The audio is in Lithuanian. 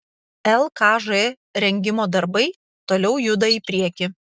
lkž rengimo darbai toliau juda į priekį